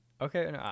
Okay